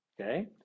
okay